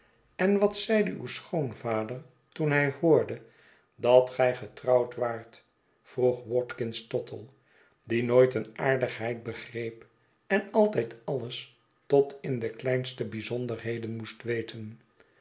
en wat zeide uw schoonvader toen hij hoorde dat gij getrouwd waart vroeg watkins tottle die nooit een aardigheid begreep en altijd alles tot in de kleinste bijzonderheden moest weten